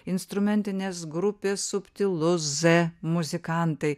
instrumentinės grupės subtilu z muzikantai